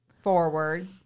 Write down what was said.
forward